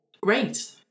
Great